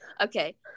Okay